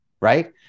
right